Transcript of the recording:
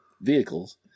vehicles